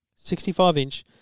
65-inch